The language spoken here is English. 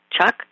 Chuck